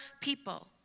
people